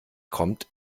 kommt